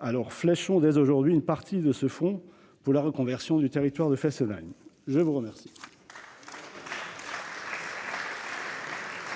Alors fléchons dès aujourd'hui une partie de ce fonds pour la reconversion du territoire de Fessenheim !